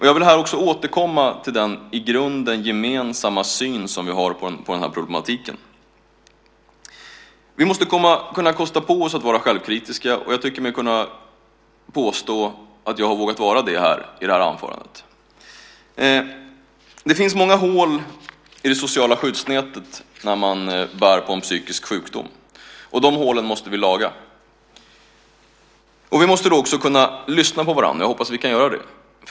Jag vill här återkomma till den i grunden gemensamma syn vi har på problemet. Vi måste kosta på oss att vara självkritiska, och jag tycker mig kunna påstå att jag har vågat vara det i mitt anförande. Det finns många hål i det sociala skyddsnätet när man bär på en psykisk sjukdom. De hålen måste vi laga. Vi måste lyssna på varandra. Jag hoppas att vi kan göra det.